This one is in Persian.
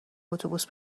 اتوبوس